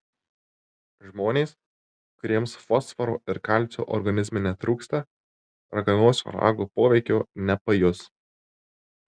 žmonės kuriems fosforo ir kalcio organizme netrūksta raganosio rago poveikio nepajus